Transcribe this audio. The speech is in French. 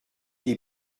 des